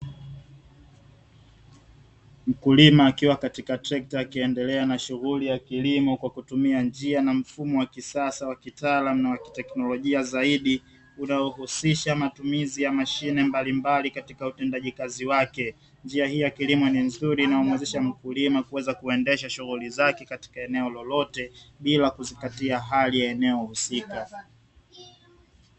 Mkulima akiwa katika trekta akiendelea na shughuli ya kilimo kwa kutumia njia na mfumo wa kisasa wa kitaalamu na wa kiteknolojia zaidi unaohusisha matumizi ya mashine mbalimbali katika utendaji kazi wake, njia hii ya kilimo ni nzuri na umuwezesha mkulima kuweza kuendesha shughuli zake katika eneo lolote bila kuzingatia hali ya eneo husika.